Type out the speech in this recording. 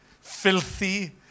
filthy